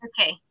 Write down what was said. Okay